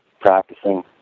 practicing